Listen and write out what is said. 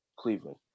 Cleveland